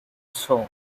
song